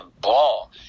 ball